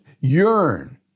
yearn